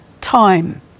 time